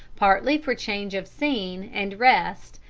partly for change of scene and rest,